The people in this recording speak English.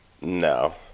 No